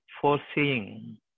foreseeing